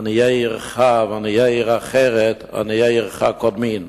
עניי עירך ועניי עיר אחרת, עניי עירך קודמין,